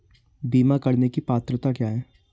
बीमा करने की पात्रता क्या है?